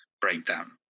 breakdown